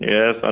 Yes